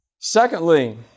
Secondly